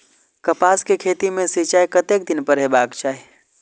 कपास के खेती में सिंचाई कतेक दिन पर हेबाक चाही?